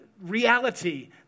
reality